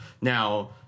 Now